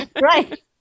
Right